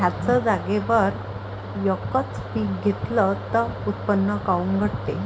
थ्याच जागेवर यकच पीक घेतलं त उत्पन्न काऊन घटते?